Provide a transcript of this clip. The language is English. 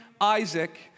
Isaac